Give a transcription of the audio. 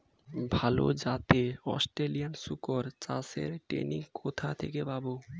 ভালো জাতে অস্ট্রেলিয়ান শুকর চাষের ট্রেনিং কোথা থেকে পাব?